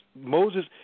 Moses